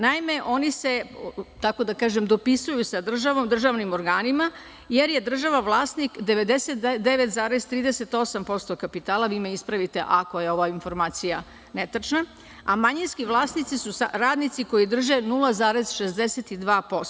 Naime, oni se dopisuju sa državom, državnim organima, jer je država vlasnik 99,38% kapitala, vi me ispravite ako je ova informacija netačna, a manjinski vlasnici su radnici koji drže 0,62%